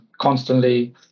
constantly